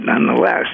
nonetheless